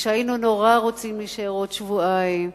והיינו נורא רוצים להישאר עוד שבועיים,